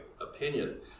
opinion